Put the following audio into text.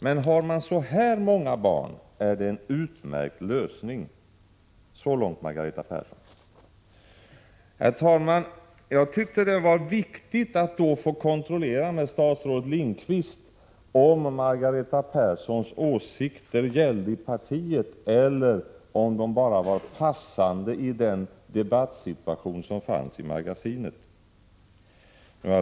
Men har man så här många barn är det en utmärkt lösning. Fru talman! Jag tyckte det var viktigt att få kontrollera med statsrådet Lindqvist om Margareta Perssons åsikter gäller i partiet eller om de bara var passande i den debattsituation som rådde i Magasinet.